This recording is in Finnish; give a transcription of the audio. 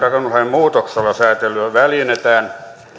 muutoksella säätelyä väljennetään